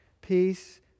peace